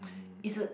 is a